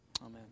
Amen